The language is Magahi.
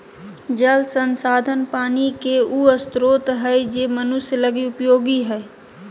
जल संसाधन पानी के उ स्रोत हइ जे मनुष्य लगी उपयोगी हइ